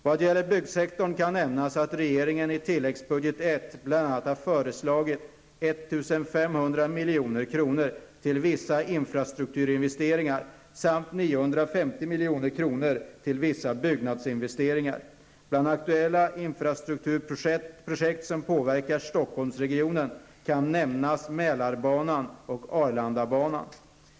Vad gäller byggsektorn kan nämnas att regeringen i tilläggsbudget I bl.a. har föreslagit 1 500 milj.kr. Stockholmsregionen kan nämnas Mälarbanan och Arlandabanan.